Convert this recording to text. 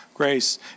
grace